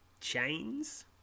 chains